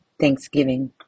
Thanksgiving